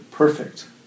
Perfect